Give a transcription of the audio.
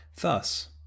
Thus